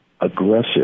aggressive